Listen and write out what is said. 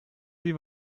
sie